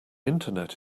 internet